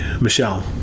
Michelle